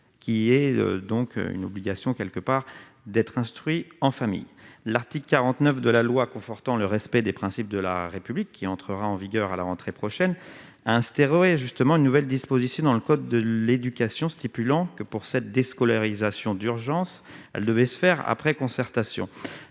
qui est donc une obligation quelque part d'être instruit en famille, l'article 49 de la loi, confortant le respect des principes de la République, qui entrera en vigueur à la rentrée prochaine, un stéroïde justement une nouvelle disposition dans le code de l'éducation, stipulant que pour cette déscolarisation d'urgence, elle devait se faire après concertation,